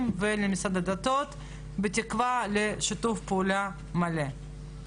ולמשרד הדתות בתקווה לשיתוף פעולה מלא.